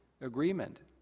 agreement